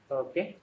okay